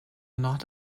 not